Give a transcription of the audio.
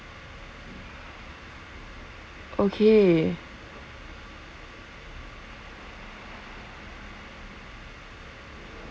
okay